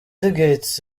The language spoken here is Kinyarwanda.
gates